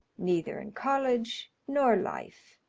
neither in college nor life.